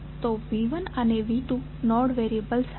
તો V1 અને V2 node variable હશે